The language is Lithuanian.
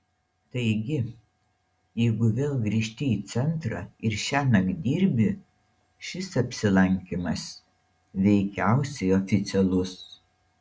taigi jeigu vėl grįžti į centrą ir šiąnakt dirbi šis apsilankymas veikiausiai oficialus